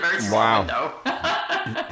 wow